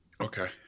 Okay